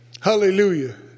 Hallelujah